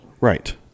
Right